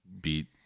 beat